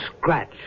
scratch